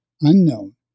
unknown